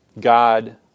God